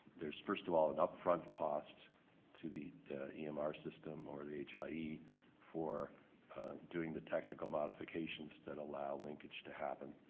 there's first of all an upfront cost to the emr system or the hie ah yeah for doing the technical modifications that allow linkage to happen.